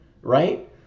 right